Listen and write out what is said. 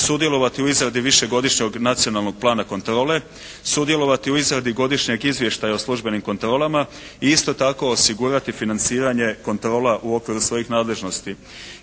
sudjelovati u izradi višegodišnjeg Nacionalnog plana kontrole, sudjelovati u izradi Godišnjeg izvještaja o službenim kontrolama i isto tako osigurati financiranje kontrola u okviru svojih nadležnosti.